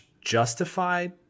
justified